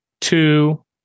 Two